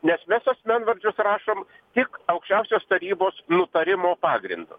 nes mes asmenvardžius rašom tik aukščiausios tarybos nutarimo pagrindu